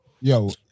yo